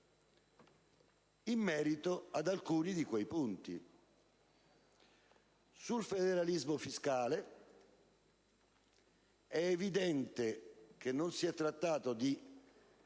in merito ad alcuni di quei punti. Circa il federalismo fiscale, è evidente che non si è trattato di